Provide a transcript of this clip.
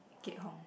Keat-Hong